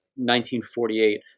1948